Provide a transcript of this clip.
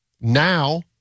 Now